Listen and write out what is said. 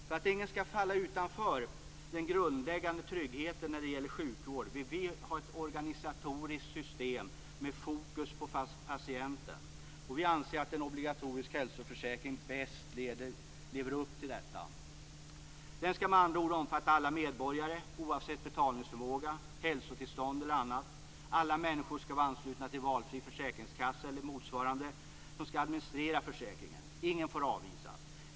För att ingen skall falla utanför den grundläggande tryggheten när det gäller sjukvård vill vi ha ett organisatoriskt system med fokus på patienten, och vi anser att en obligatorisk hälsoförsäkring bäst lever upp till detta. Den skall med andra ord omfatta alla medborgare, oavsett betalningsförmåga, hälsotillstånd eller annat. Alla människor skall vara anslutna till valfri försäkringskassa eller motsvarande som skall administrera försäkringen. Ingen får avvisas.